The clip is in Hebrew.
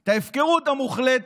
את ההפקרות המוחלטת,